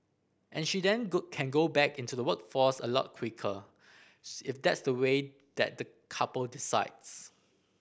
and she then go can go back into the workforce a lot quicker if that's the way that the couple decides